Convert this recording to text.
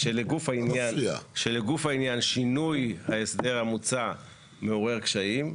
שלגוף העניין שינוי ההסדר המוצע מעורר קשיים.